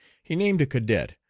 he named a cadet,